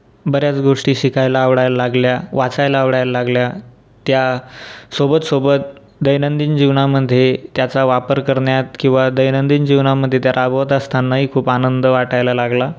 दैनंदिन जीवनामध्ये त्याचा वापर करण्यात किंवा दैंनदिन जीवनामध्ये त्या राबवत असतानाही खूप आनंद वाटायला लागला